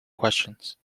questions